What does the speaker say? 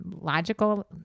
logical